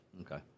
Okay